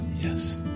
Yes